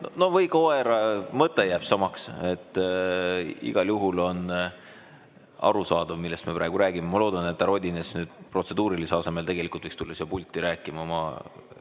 Või koera, mõte jääb samaks. Igal juhul on arusaadav, millest me praegu räägime. Ma loodan, et härra Odinets nüüd protseduurilise asemel tegelikult võiks tulla siia pulti rääkima oma ...